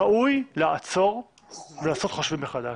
ראוי לעצור ולעשות חושבים מחדש.